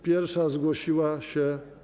Pierwsza zgłosiła się.